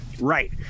Right